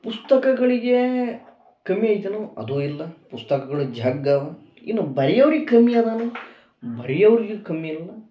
ಪುಸ್ತಕಗಳಿಗೆ ಕಮ್ಮಿ ಐತೇನು ಅದೂ ಇಲ್ಲ ಪುಸ್ತಕಗಳು ಝಗ್ಗ್ ಅವ ಇನ್ನು ಬರಿಯವ್ರಿಗೆ ಕಮ್ಮಿ ಅದನು ಬರಿಯವ್ರಿಗೆ ಕಮ್ಮಿ ಇಲ್ಲ